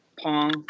Pong